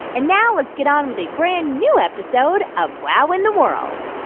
and now let's get on with a brand-new episode of wow in the world